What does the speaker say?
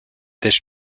this